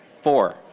four